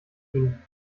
ihn